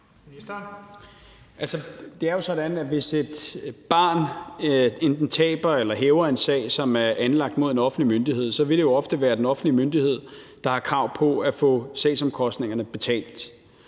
Det er jo sådan, at hvis et barn enten taber eller hæver en sag, som er anlagt mod en offentlig myndighed, så vil det jo ofte være den offentlige myndighed, der har krav på at få sagsomkostningerne betalt.